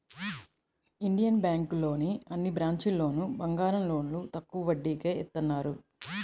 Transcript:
Indian బ్యేంకులోని అన్ని బ్రాంచీల్లోనూ బంగారం లోన్లు తక్కువ వడ్డీకే ఇత్తన్నారు